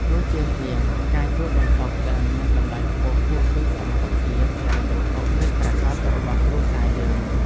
គួរជៀសវាងការជួលបន្ទប់ដែលមានតម្លៃខ្ពស់ហួសពីសមត្ថភាពហិរញ្ញវត្ថុពិតប្រាកដរបស់គ្រួសារយើង។